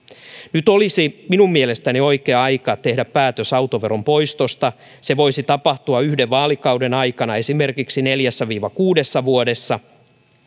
nyt olisi minun mielestäni oikea aika tehdä päätös autoveron poistosta se voisi tapahtua yhden vaalikauden aikana esimerkiksi neljässä viiva kuudessa vuodessa